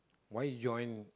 why join